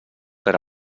per